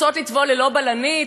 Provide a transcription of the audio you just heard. רוצות לטבול ללא בלנית?